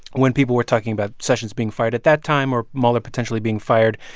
when people were talking about sessions being fired at that time or mueller potentially being fired.